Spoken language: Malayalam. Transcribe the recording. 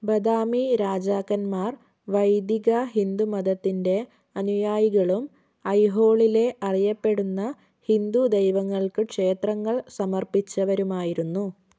ബദാമി രാജാക്കന്മാർ വൈദിക ഹിന്ദുമതത്തിൻ്റെ അനുയായികളും ഐഹോളിലെ അറിയപ്പെടുന്ന ഹിന്ദു ദൈവങ്ങൾക്ക് ക്ഷേത്രങ്ങൾ സമർപ്പിച്ചവരുമായിരുന്നു